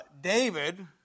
David